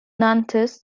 nantes